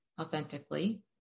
authentically